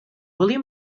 william